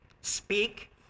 speak